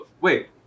Wait